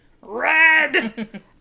Red